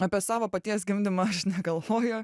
apie savo paties gimdymą aš negalvoju